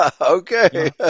Okay